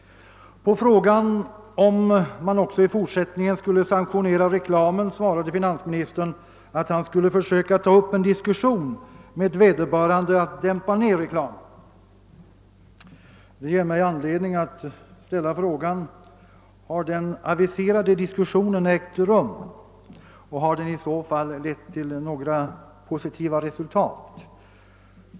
På frågan, om man också i fortsättningen skulle sanktionera reklamen, svarade finansministern att han skulle försöka ta upp en diskussion med vederbörande om att dämpa ned reklamen. Det ger mig anledning att ställa frågan om den aviserade diskussionen ägt rum och om den i så fall lett till några positiva resultat.